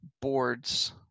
boards